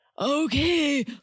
Okay